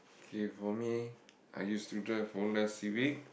okay for me I used to drive Honda-Civic